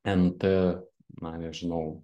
nt na nežinau